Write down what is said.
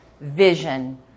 vision